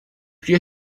più